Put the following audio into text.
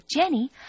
Jenny